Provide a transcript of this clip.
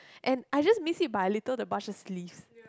and I just missed it by a little the bus just leaves